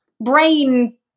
brain